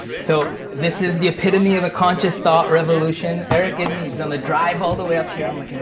so this is the epitome of a conscious thought revolution. eric edmeades on the drive all the way up here, i'm like, and